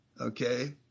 okay